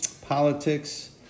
politics